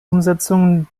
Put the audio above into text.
umsetzung